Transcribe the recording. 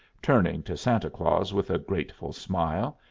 turning to santa claus with a grateful smile.